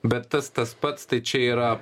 bet tas tas pats tai čia yra